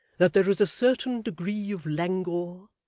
that there is a certain degree of languor,